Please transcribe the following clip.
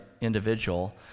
Individual